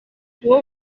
kuba